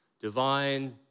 divine